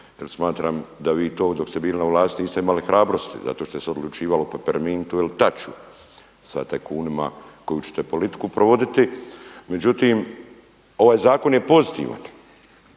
jer smatram da vi to dok ste bili na vlasti niste imali hrabrosti zato jer se odlučivalo u Pepermintu ili Taču sa tajkunima koju ćete politiku provoditi. Međutim, ovaj zakon je pozitivan.